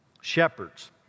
Shepherds